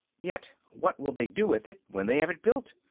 yet what will they do with it when they have it built?